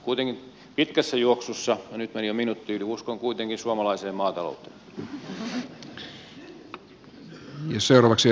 kuitenkin pitkässä juoksussa no nyt meni jo minuutti yli uskon kuitenkin suomalaiseen maatalouteen